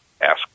ask